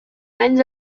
anys